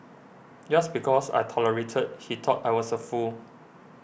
just because I tolerated he thought I was a fool